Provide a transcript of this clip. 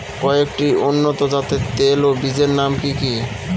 কয়েকটি উন্নত জাতের তৈল ও বীজের নাম কি কি?